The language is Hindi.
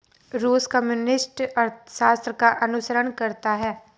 रूस कम्युनिस्ट अर्थशास्त्र का अनुसरण करता है